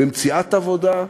במציאת עבודה,